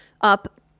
up